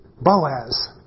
Boaz